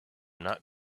not